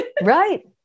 Right